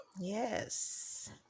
yes